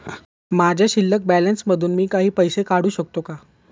माझ्या शिल्लक बॅलन्स मधून मी काही पैसे काढू शकतो का?